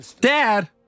Dad